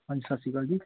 ਹਾਂਜੀ ਸਤਿ ਸ਼੍ਰੀ ਅਕਾਲ ਜੀ